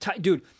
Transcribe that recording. Dude